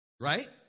Right